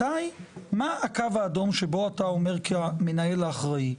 מתי יגיע הקו האדום שאתה כמנהל אחראי?